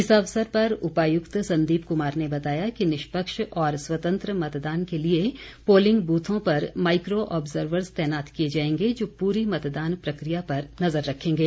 इस अवसर पर उपायुक्त संदीप कुमार ने बताया कि निष्पक्ष और स्वतंत्र मतदान के लिए पोलिंग बूथों पर माइक्रो ऑब्जर्वर्स तैनात किए जाएंगे जो पूरी मतदान प्रक्रिया पर नजर रखेंगे